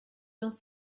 dans